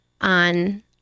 on